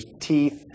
teeth